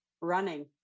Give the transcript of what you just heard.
running